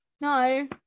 no